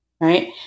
Right